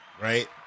Right